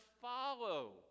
follow